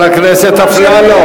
חבר הכנסת אפללו.